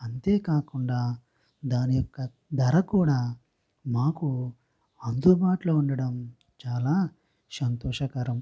అంతేకాకుండా దానియొక్క ధర కూడా మాకు అందుబాటులో ఉండడం చాలా సంతోషకరం